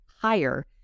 higher